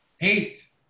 Eight